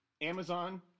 Amazon